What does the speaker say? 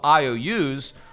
IOUs